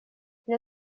для